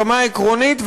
ברמה העקרונית,